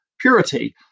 purity